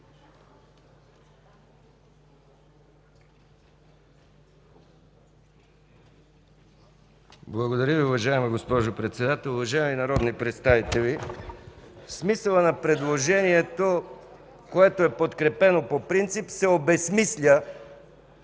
Благодаря Ви, уважаема госпожо Председател. Уважаеми народни представители, смисълът на предложението, което е подкрепено по принцип, се обезсмисля